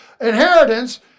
inheritance